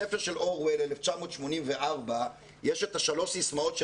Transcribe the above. בספר של אורוול 1984 יש את השלוש סיסמאות של